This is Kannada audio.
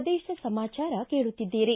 ಪ್ರದೇಶ ಸಮಾಚಾರ ಕೇಳುತ್ತಿದ್ದೀರಿ